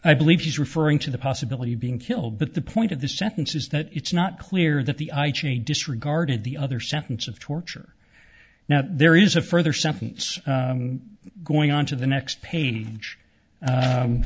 i believe she's referring to the possibility of being killed but the point of the sentence is that it's not clear that the i ching disregarded the other sentence of torture now there is a further sentence going on to the next page